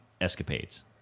escapades